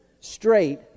straight